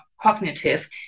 cognitive